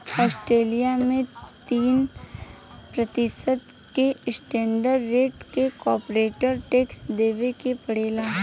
Australia में तीस प्रतिशत के स्टैंडर्ड रेट से कॉरपोरेट टैक्स देबे के पड़ेला